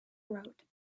road